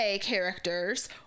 characters